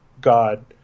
god